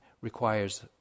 requires